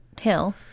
Hill